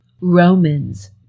Romans